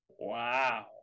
Wow